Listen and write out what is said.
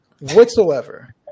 Whatsoever